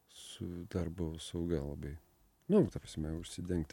su darbo sauga labai nu ta prasme užsidengt